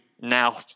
now